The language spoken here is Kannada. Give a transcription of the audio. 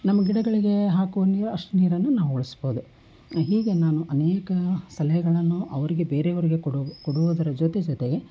ನಮ್ಮ ಗಿಡಗಳಿಗೆ ಹಾಕುವ ನೀರು ಅಷ್ಟು ನೀರನ್ನೂ ನಾವು ಉಳಿಸ್ಬೋದು ಹೀಗೆ ನಾನು ಅನೇಕ ಸಲಹೆಗಳನ್ನು ಅವರಿಗೆ ಬೇರೆಯವರಿಗೆ ಕೊಡುವ ಕೊಡುವುದರ ಜೊತೆ ಜೊತೆಗೆ